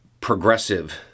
progressive